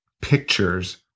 pictures